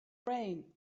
rain